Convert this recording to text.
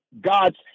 God's